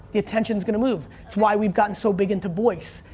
the attention's gonna move. it's why we've gotten so big into voice.